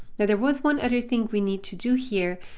there there was one other thing we need to do here.